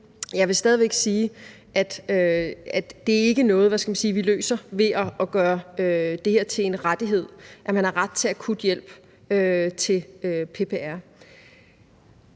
jeg vil stadig væk sige, at det ikke er noget, vi løser ved at gøre det her til en rettighed, altså at man har ret til akut hjælp fra PPR.